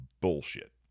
bullshit